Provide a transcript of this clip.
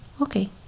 okay